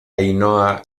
ainhoa